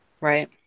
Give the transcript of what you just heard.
Right